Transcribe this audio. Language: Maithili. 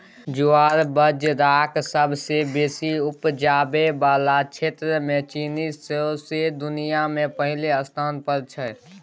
ज्वार बजराक सबसँ बेसी उपजाबै बला क्षेत्रमे चीन सौंसे दुनियाँ मे पहिल स्थान पर छै